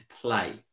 play